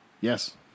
Yes